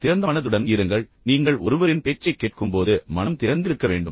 திறந்த மனதுடன் இருங்கள் நீங்கள் ஒருவரின் பேச்சைக் கேட்கும்போது மனம் திறந்திருக்க வேண்டும்